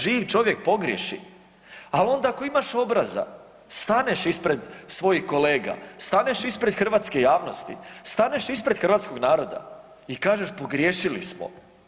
Živ čovjek pogriješi, ali onda ako imaš obraza staneš ispred svojih kolega, staneš ispred hrvatske javnosti, staneš ispred hrvatskog naroda i kažeš pogriješili smo.